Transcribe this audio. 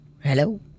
Hello